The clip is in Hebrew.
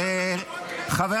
חבר